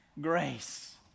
grace